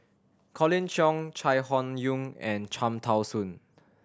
Colin Cheong Chai Hon Yoong and Cham Tao Soon